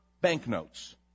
banknotes